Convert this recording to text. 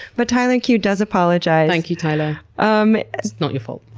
but tyler q does apologize. thank you, tyler. um it's not your fault.